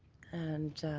and